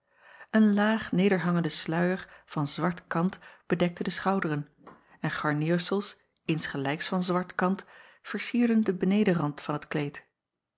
en laag nederhangende sluier van zwart kant bedekte de schouderen en garneersels insgelijks van zwart kant vercierden den benedenrand van het kleed